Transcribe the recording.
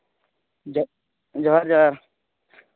ᱡᱚᱦᱟᱨ ᱡᱚᱦᱟᱨ